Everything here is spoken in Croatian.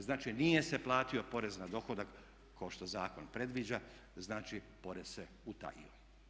Znači, nije se platio porez na dohodak kao što zakon predviđa, znači porez se utajio.